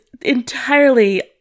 entirely